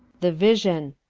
the vision.